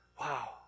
Wow